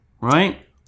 right